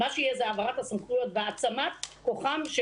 מה שיהיה הוא עברת הסמכויות והעצמת כוחם,